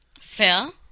Phil